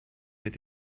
mit